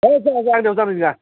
होइथ जाया जाया आंनियाव जानाय नोङा